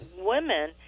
women